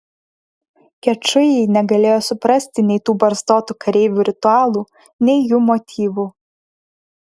kečujai negalėjo suprasti nei tų barzdotų kareivių ritualų nei jų motyvų